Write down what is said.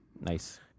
Nice